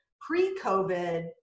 pre-COVID